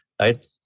right